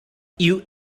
you